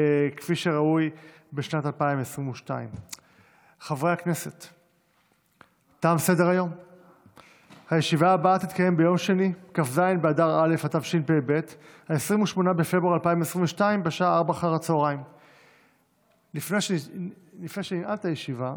כפי שראוי בשנת 2022. לפני שננעל את הישיבה,